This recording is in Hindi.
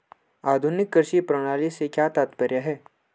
आधुनिक कृषि प्रणाली से क्या तात्पर्य है?